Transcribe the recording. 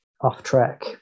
off-track